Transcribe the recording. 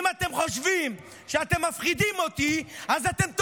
אם אתם חושבים שאתם מפחידים אותי, אז אתם טועים.